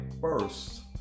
first